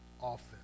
often